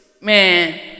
Man